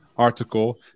article